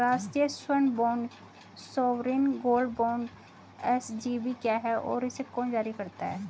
राष्ट्रिक स्वर्ण bond sovereign gold bond SGB क्या है और इसे कौन जारी करता है?